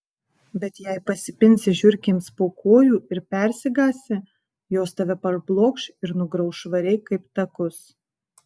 bet jei pasipinsi žiurkėms po kojų ir persigąsi jos tave parblokš ir nugrauš švariai kaip takus